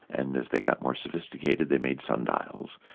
and as they got more sophisticated they made sundials.